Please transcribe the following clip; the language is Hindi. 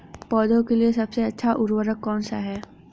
पौधों के लिए सबसे अच्छा उर्वरक कौन सा है?